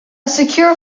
secure